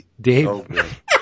Dave